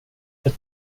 ett